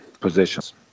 positions